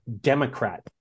Democrat